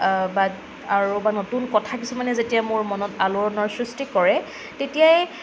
বা আৰু বা নতুন কথা কিছুমানে যেতিয়া মোৰ মনত আলোড়নৰ সৃষ্টি কৰে তেতিয়াই